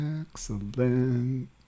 Excellent